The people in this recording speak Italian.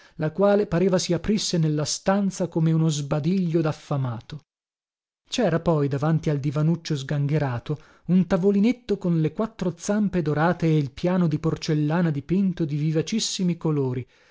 la quale pareva si aprisse nella stanza come uno sbadiglio daffamato cera poi davanti al divanuccio sgangherato un tavolinetto con le quattro zampe dorate e il piano di porcellana dipinto di vivacissimi colori